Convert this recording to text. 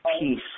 peace